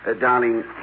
darling